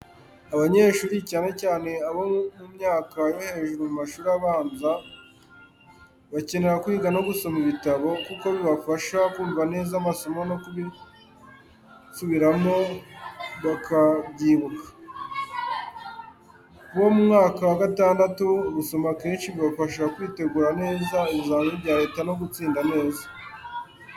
Abanyeshuri, cyane cyane abo mu myaka yo hejuru mu mashuri abanza, bakeneye kwiga no gusoma ibitabo, kuko bibafasha kumva neza amasomo no kubisubiramo bakabyibuka. Ku bo mu mwaka wa gatandatu, gusoma kenshi bibafasha kwitegura neza ibizamini bya Leta no gutsinda neza.